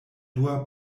dua